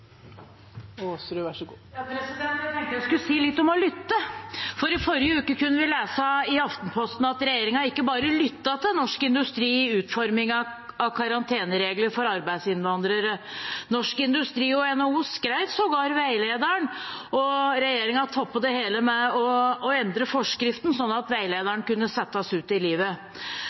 Jeg tenkte jeg skulle si litt om å lytte, for i forrige uke kunne vi lese i Aftenposten at regjeringen ikke bare lyttet til Norsk Industri i utformingen av karanteneregler for arbeidsinnvandrere, Norsk Industri og NHO skrev sågar veilederen, og regjeringen toppet det hele med å endre forskriften sånn at veilederen kunne settes ut i livet.